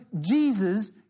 Jesus